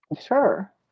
Sure